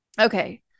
okay